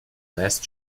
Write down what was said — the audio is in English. last